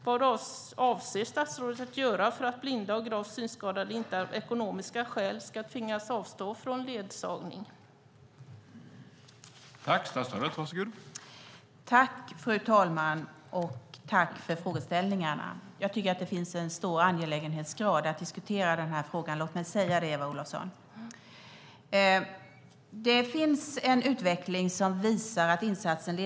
Vad avser statsrådet att göra för att blinda och gravt synskadade inte ska tvingas avstå från ledsagning av ekonomiska skäl?